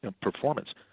performance